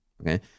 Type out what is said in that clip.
okay